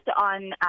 on